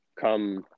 come